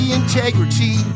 integrity